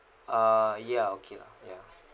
uh ya okay lah